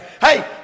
Hey